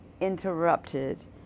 interrupted